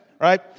right